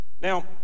Now